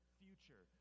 future